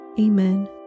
Amen